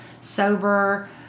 sober